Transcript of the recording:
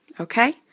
Okay